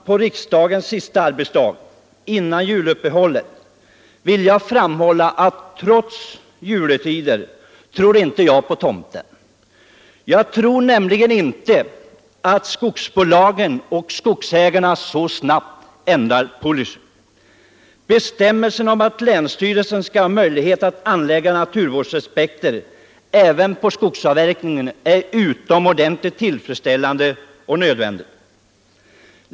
På riksdagens sista arbetsdag före juluppehållet vill jag framhålla att jag trots stundånde juletider inte tror på tomten. Jag tror inte att skogsbolagen och skogsägarna så snabbt ändrar sin policy. Bestämmelsen om att länsstyrelsen skall ha möjlighet att anlägga naturvårdsaspekter även på skogsavverkningen är utomordentligt tillfredsställande och dessutom nödvändig.